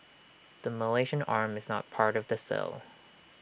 the Malaysian arm is not part of the sale